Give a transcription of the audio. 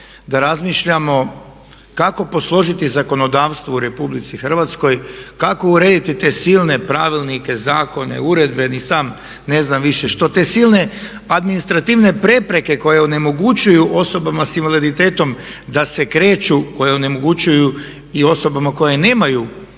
da razmišljamo kako posložiti zakonodavstvo u RH, kako urediti te silne pravilnike, zakone, uredbe, ni sam ne znam više što, te silne administrativne prepreke koje onemogućuju osobama sa invaliditetom da se kreću, koje onemogućuju i osobama koje nemaju